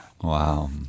Wow